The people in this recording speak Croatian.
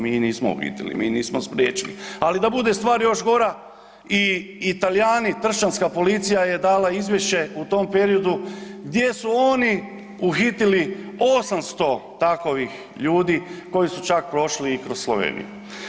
Mi nismo uhitili, mi nismo spriječili, ali da bude stvar još gora i Talijani, tršćanska policija je dala izvješće u tom periodu gdje su oni uhitili 800 takovih ljudi koji su čak prošli i kroz Sloveniju.